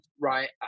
right